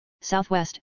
southwest